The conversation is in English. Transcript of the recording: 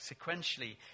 sequentially